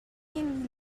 clean